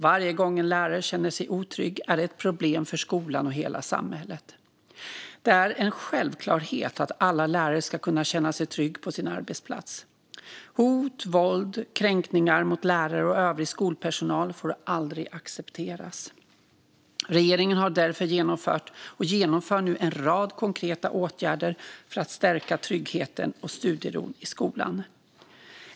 Varje gång en lärare känner sig otrygg är det ett problem för skolan och hela samhället. Det är en självklarhet att alla lärare ska kunna känna sig trygga på sin arbetsplats. Hot, våld och kränkningar mot lärare och övrig skolpersonal får aldrig accepteras. Regeringen har därför genomfört och genomför nu en rad konkreta åtgärder för att stärka tryggheten och studieron i skolan.